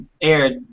aired